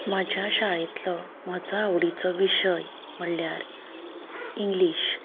म्हज्या शाळेंतलो म्हजो आवडीचो विशय म्हणल्यार इंग्लीश